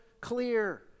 clear